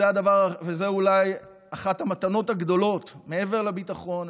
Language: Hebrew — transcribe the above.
וזו אולי אחת המתנות הגדולות מעבר לביטחון,